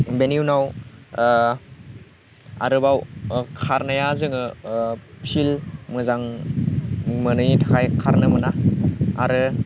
बेनि उनाव आरोबाव खारनाया जोङो फिल्ड मोजां मोनैनि थाखाय खारनो मोना आरो